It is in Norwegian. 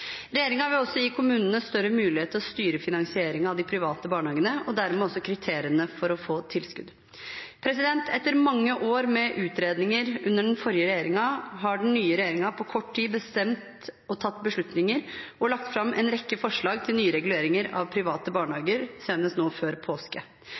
vil også gi kommunene større mulighet til å styre finansieringen av de private barnehagene og dermed også kriteriene for å få tilskudd. Etter mange år med utredninger under den forrige regjeringen har den nye regjeringen på kort tid tatt beslutninger og lagt fram en rekke forslag til nye reguleringer av private